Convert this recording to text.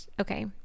Okay